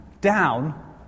down